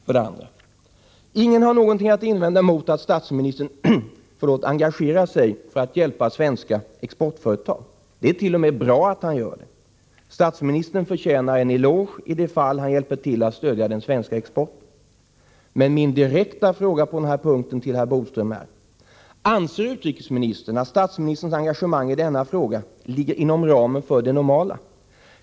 Fråga 2: Ingen har något att invända mot att statsministern engagerar sig för att hjälpa svenska exportföretag. Det är t.o.m. bra att han gör det. Statsministern förtjänar en eloge i de fall han hjälper till att stödja den svenska exporten. Min direkta fråga till herr Bodström på denna punkt är emellertid: Anser utrikesministern att statsministerns engagemang i denna fråga ligger inom ramen för det normala?